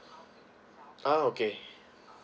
oh okay